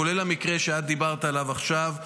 כולל המקרה שדיברת עליו עכשיו,